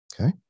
Okay